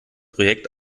projekt